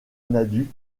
nadu